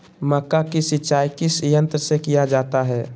मक्का की सिंचाई किस यंत्र से किया जाता है?